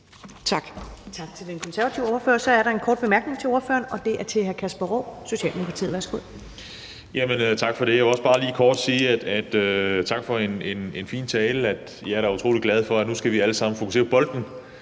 Tak til den konservative ordfører. Så er der en kort bemærkning til ordføreren, og den er fra hr. Kasper Roug, Socialdemokratiet. Værsgo. Kl. 13:16 Kasper Roug (S): Tak for det. Jeg vil bare lige kort sige tak for en fin tale, og jeg er da utrolig glad for, at vi nu alle sammen skal fokusere på bolden.